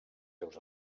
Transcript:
seus